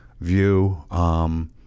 view